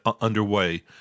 underway